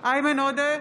איימן עודה,